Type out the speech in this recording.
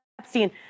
Epstein